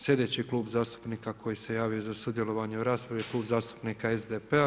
Slijedeći je Klub zastupnika koji se javio za sudjelovanje u raspravi je Klub zastupnika SDP-a.